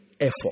effort